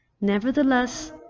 Nevertheless